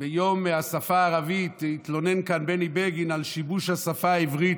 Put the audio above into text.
ביום השפה הערבית התלונן כאן בני בגין על שיבוש השפה העברית.